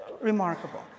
remarkable